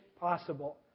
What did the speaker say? possible